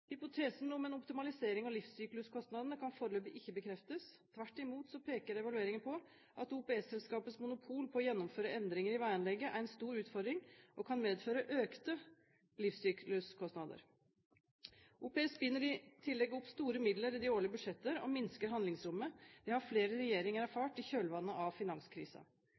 Hypotesen om en optimalisering av livssykluskostnadene kan foreløpig ikke bekreftes. Tvert imot peker evalueringen på at OPS-selskapets monopol på å gjennomføre endringer i veianlegget er en stor utfordring, og kan medføre økte livssykluskostnader. OPS binder i tillegg opp store midler i de årlige budsjetter og minsker handlingsrommet. Det har flere regjeringer erfart i kjølvannet av